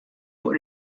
fuq